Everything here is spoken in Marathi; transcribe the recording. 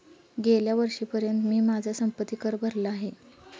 गेल्या वर्षीपर्यंत मी माझा संपत्ति कर भरला आहे